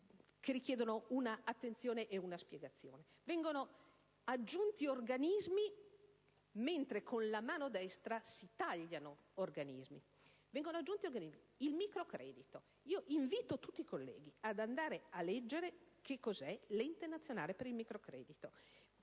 che richiedono un'attenzione e una spiegazione. Vengono aggiunti degli organismi mentre con la mano destra se ne tagliano degli altri. Guardiamo al microcredito. Invito tutti i colleghi ad andare a leggere cos'è l'Ente nazionale per il microcredito.